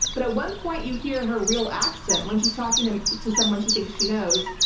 but at one point you hear her real accent when she's talking to to someone she thinks she knows,